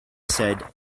said